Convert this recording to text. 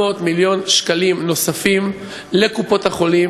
400 מיליון שקלים נוספים לקופות-החולים,